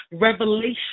revelation